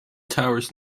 towers